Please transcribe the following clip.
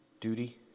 duty